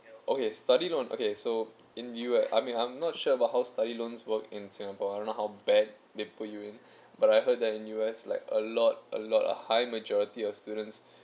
okay study loan okay so in you I mean I'm not sure about how study loans work in singapore I don't know how bad they put you in but I heard that in U_S like a lot a lot of high majority of students